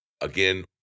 Again